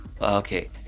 Okay